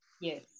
Yes